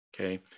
Okay